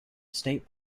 state